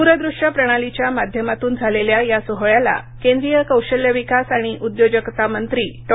द्रदृष्य प्रणालीच्या माध्यमातून झालेल्या या सोहळ्याला केंद्रीय कौशल्य विकास आणि उद्योजकता मंत्री डॉ